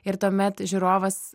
ir tuomet žiūrovas